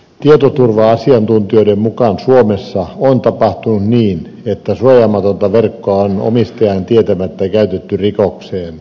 tietoturva asiantuntijoiden mukaan suomessa on tapahtunut niin että suojaamatonta verkkoa on omistajan tietämättä käytetty rikokseen